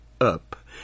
up